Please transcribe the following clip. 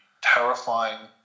terrifying